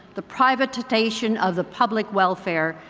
the private ization of the public welfare,